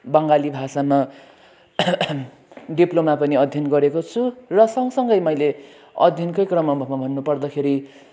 बङ्गाली भाषामा डिप्लोमा पनि अध्ययन गरेको छु र सँगसँगै मैले अध्ययनकै क्रममा भन्नुपर्दाखेरि